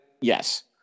Yes